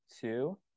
two